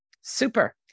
Super